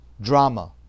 drama